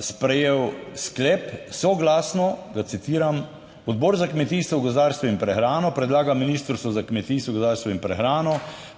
sprejel sklep, soglasno, ga citiram: "Odbor za kmetijstvo, gozdarstvo in prehrano predlaga Ministrstvu za kmetijstvo, gozdarstvo in prehrano,